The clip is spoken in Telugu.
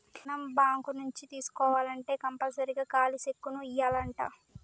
మనం బాంకు నుంచి తీసుకోవాల్నంటే కంపల్సరీగా ఖాలీ సెక్కును ఇవ్యానంటా